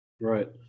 Right